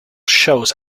shows